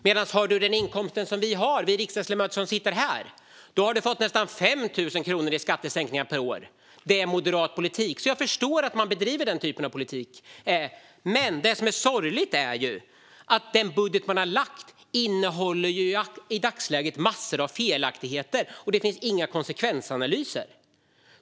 Men den som har den inkomst som vi riksdagsledamöter har får nästan 5 000 kronor i skattesänkningar per år. Det är moderat politik. Jag förstår alltså att man driver den typen av politik. Det som är sorgligt är dock att den budget man har lagt fram innehåller massor av felaktigheter i dagsläget. Och det finns inga konsekvensanalyser.